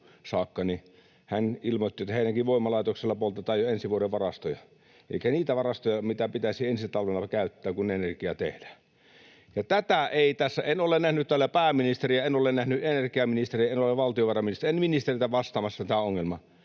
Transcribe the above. saakka. Hän ilmoitti, että heidänkin voimalaitoksella poltetaan jo ensi vuoden varastoja elikkä niitä varastoja, mitä pitäisi ensi talvena käyttää, kun energiaa tehdään. Ja en ole nähnyt täällä pääministeriä, en ole nähnyt energiaministeriä, en valtiovarainministeriä, en ministereitä vastaamassa tähän ongelmaan.